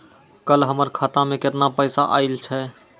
कल हमर खाता मैं केतना पैसा आइल छै?